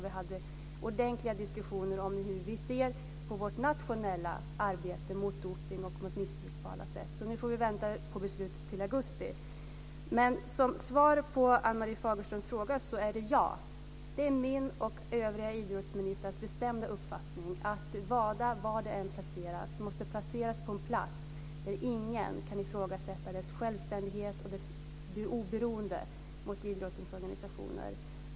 Vi hade ordentliga diskussioner om hur vi ser på vårt nationella arbete mot dopning och missbruk på alla sätt. Nu får vi vänta på beslut till augusti. Svaret på Ann-Marie Fagerströms fråga är ja. Det är min och övriga idrottsministrars bestämda uppfattning att WADA var det än placeras måste placeras på en plats där ingen kan ifrågasätta dess självständighet och dess oberoende mot idrottens organisationer.